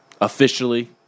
officially